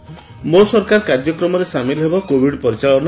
ମୋ ସରକାର କାର୍ଯ୍ୟକ୍ରମରେ ସାମିଲ ହେବ କୋଭିଡ ପରିଚାଳନା